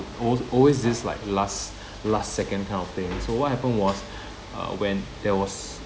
always always this like last last second kind of thing so what happened was uh when there was